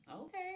Okay